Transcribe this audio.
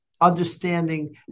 understanding